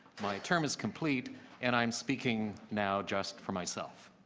my term is complete and i'm speaking now just from myself.